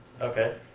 Okay